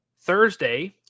Thursday